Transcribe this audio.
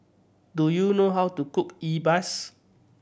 do you know how to cook e buas